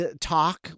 talk